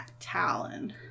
talon